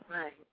right